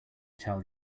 tell